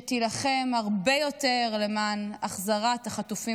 שתילחם הרבה יותר למען החזרת החטופים